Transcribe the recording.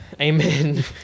Amen